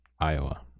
Iowa